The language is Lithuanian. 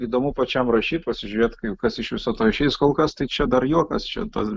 įdomu pačiam rašyt pasižiūrėti kaip kas iš viso to išeis kol kas tai čia dar juokas čia ta